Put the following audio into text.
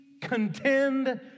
contend